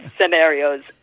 scenarios